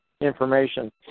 information